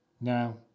Now